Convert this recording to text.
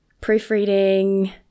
proofreading